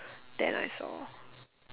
then I saw